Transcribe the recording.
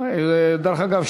דרך אגב,